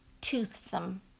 toothsome